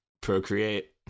procreate